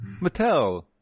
Mattel